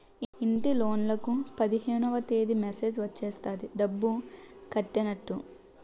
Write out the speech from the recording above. ఇంటిలోన్లకు పదిహేనవ తేదీ మెసేజ్ వచ్చేస్తది డబ్బు కట్టైనట్టు